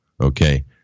Okay